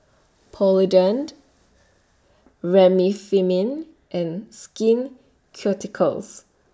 Polident Remifemin and Skin Ceuticals